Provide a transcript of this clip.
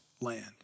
land